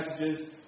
messages